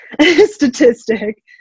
statistic